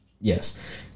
yes